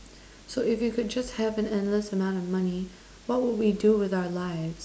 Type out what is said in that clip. so if you could just have an endless amount of money what would we do with our life